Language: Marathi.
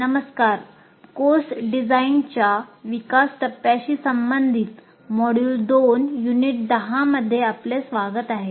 नमस्कार कोर्स डिझाईनच्या विकास टप्प्याशी संबंधित मॉड्यूल 2 युनिट 10 मध्ये आपले स्वागत आहे